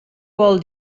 vol